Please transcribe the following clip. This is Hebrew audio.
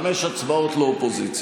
אחת: